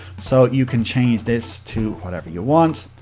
so, you can change this to whatever you want.